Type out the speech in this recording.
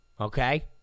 Okay